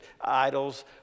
Idols